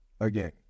again